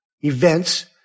events